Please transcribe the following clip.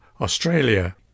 Australia